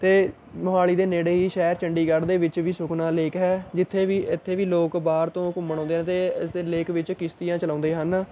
ਅਤੇ ਮੋਹਾਲੀ ਦੇ ਨੇੜੇ ਹੀ ਸ਼ਹਿਰ ਚੰਡੀਗੜ੍ਹ ਦੇ ਵਿੱਚ ਵੀ ਸੁਖਨਾ ਲੇਕ ਹੈ ਜਿੱਥੇ ਵੀ ਇੱਥੇ ਵੀ ਲੋਕ ਬਾਹਰ ਤੋਂ ਘੁੰਮਣ ਆਉਂਦੇ ਹਨ ਅਤੇ ਅਤੇ ਲੇਕ ਵਿੱਚ ਕਿਸ਼ਤੀਆਂ ਚਲਾਉਂਦੇ ਹਨ